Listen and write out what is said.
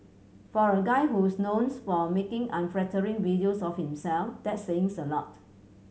for a guy who's knowns for making unflattering videos of himself that's saying a lot